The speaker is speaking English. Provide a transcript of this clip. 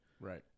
Right